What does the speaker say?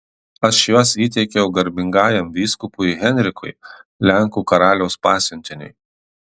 aš juos įteikiau garbingajam vyskupui henrikui lenkų karaliaus pasiuntiniui